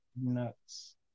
nuts